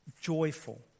joyful